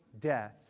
death